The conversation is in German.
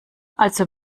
also